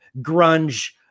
grunge